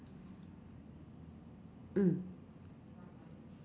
mm